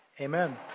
Amen